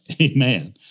Amen